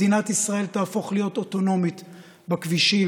מדינת ישראל תהפוך להיות אוטונומית בכבישים,